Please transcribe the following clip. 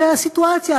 והסיטואציה,